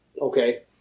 Okay